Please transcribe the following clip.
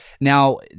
Now